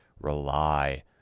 rely